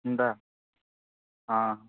ହେନ୍ତା ହଁ